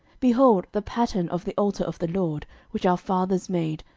behold the pattern of the altar of the lord, which our fathers made,